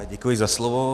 Děkuji za slovo.